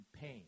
pain